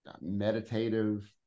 meditative